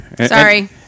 Sorry